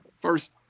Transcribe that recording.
first